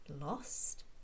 lost